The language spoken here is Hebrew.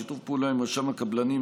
שיתוף פעולה עם רשם הקבלנים,